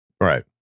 Right